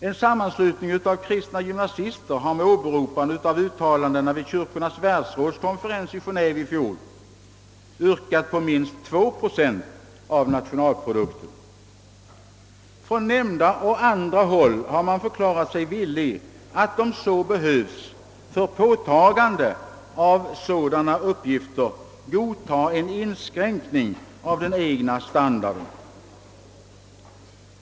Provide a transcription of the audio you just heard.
En sammanslutning av kristna gymnasister har med åberopande av uttalanden vid Kyrkornas världsråds konferens i Geneve i fjol yrkat på minst 2 procent av nationalprodukten. Från många håll har man förklarat sig villig att om så behövs för påtagandet av dessa uppgifter godta en inskränkning av den egna standarden.